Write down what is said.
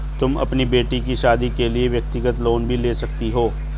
तुम अपनी बेटी की शादी के लिए व्यक्तिगत लोन भी ले सकती हो